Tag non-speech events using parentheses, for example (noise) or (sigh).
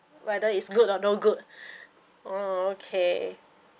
whether it's good or no good (breath) oh okay